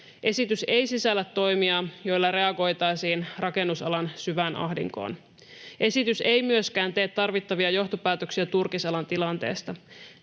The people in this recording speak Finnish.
Esitys ei sisällä toimia, joilla reagoitaisiin rakennusalan syvään ahdinkoon. Esitys ei myöskään tee tarvittavia johtopäätöksiä turkisalan tilanteesta.